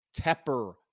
Tepper